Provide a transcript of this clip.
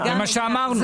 זה מה שאמרנו.